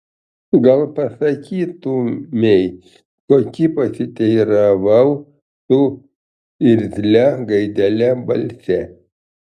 gal pasakytumei kokį pasiteiravau su irzlia gaidele balse